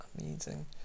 amazing